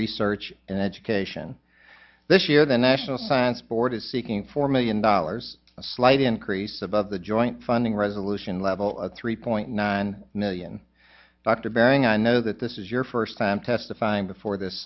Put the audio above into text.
research and education this year the national science board is seeking four million dollars a slight increase above the joint funding resolution level of three point nine million dr baring i know that this is your first time testifying before this